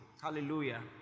Hallelujah